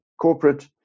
corporate